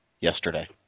yesterday